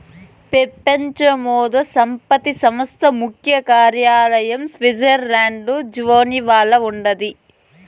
పెపంచ మేధో సంపత్తి సంస్థ ముఖ్య కార్యాలయం స్విట్జర్లండ్ల జెనీవాల ఉండాది